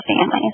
families